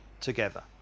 together